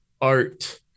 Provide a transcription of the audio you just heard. art